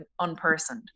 unpersoned